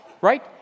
right